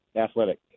Athletic